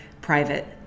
private